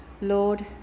Lord